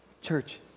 Church